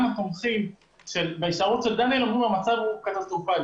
גם התומכים בהישארות של דניאל אומרים לו המצב הוא קטסטרופלי.